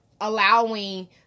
allowing